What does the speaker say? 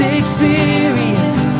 experience